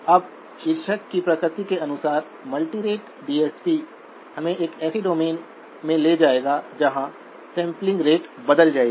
अब शीर्षक की प्रकृति के अनुसार मल्टीरेट डीएसपी हमें एक ऐसे डोमेन में ले जाएगा जहां सैंपलिंग रेट बदल जाएंगी